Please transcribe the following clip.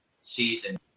season